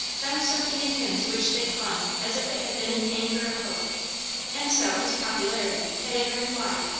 found something in him to which they clung as if it had been an anchor of hope and so his popularity had a very wide,